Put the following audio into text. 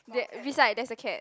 that beside there's a cat